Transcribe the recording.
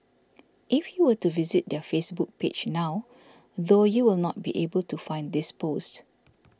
if you were to visit their Facebook page now though you will not be able to find this post